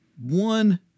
one